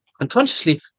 unconsciously